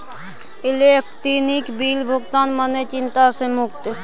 electronic bill भुगतान मने चिंता सँ मुक्ति